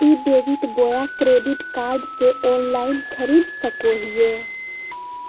ई debit बोया credit card से online खरीद सको हिए?